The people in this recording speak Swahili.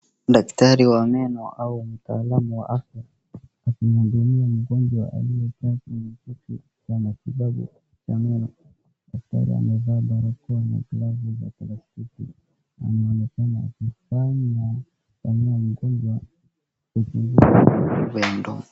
Daktari wa meno au mtaalamu wa afya akimhudumia mgonjwa aliyekaa kwenye kiti cha matibabu ya meno. Daktari amevaa barakoa na glavu za plastiki. Anaonekana akifanya mgonjwa uchunguzi wa meno.